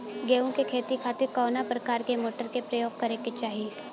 गेहूँ के खेती के खातिर कवना प्रकार के मोटर के प्रयोग करे के चाही?